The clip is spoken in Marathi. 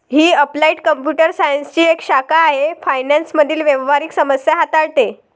ही अप्लाइड कॉम्प्युटर सायन्सची एक शाखा आहे फायनान्स मधील व्यावहारिक समस्या हाताळते